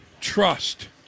trust